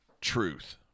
truth